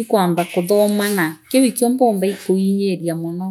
ikwamba kutomana kiu ikio mpumba ii kuingiria mono.